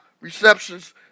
receptions